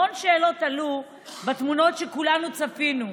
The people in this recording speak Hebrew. המון שאלות עלו בתמונות, שכולנו צפינו בהן,